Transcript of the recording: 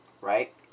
right